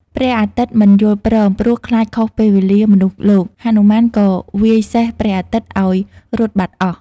ព្រះអាទិត្យមិន យល់ព្រម ព្រោះខ្លាចខុសពេលវេលាមនុស្សលោក ហនុមានក៏វាយសេះព្រះអាទិត្យឱ្យរត់បាត់អស់។